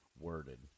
worded